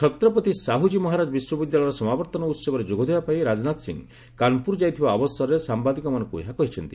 ଛତ୍ପତି ସାହ୍ରଜୀ ମହାରାଜ ବିଶ୍ୱବିଦ୍ୟାଳୟର ସମାବର୍ତ୍ତନ ଉତ୍ସବରେ ଯୋଗ ଦେବା ପାଇଁ ରାଜନାଥ ସିଂହ କାନ୍ପୁର ଯାଇଥିବା ଅବସରରେ ସାମ୍ଭାଦିକମାନଙ୍କୁ ଏହା କହିଛନ୍ତି